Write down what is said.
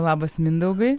labas mindaugai